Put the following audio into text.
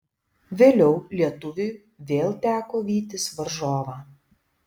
vėliau lietuviui vėl teko vytis varžovą